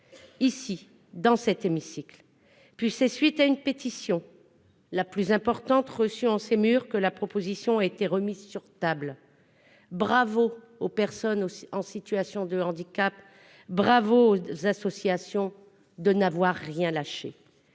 dans cet hémicycle. Puis, à la suite de la pétition la plus importante jamais reçue en ces murs, cette proposition de loi a été remise sur la table. Bravo aux personnes en situation de handicap, bravo aux associations de n'avoir rien lâché